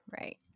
right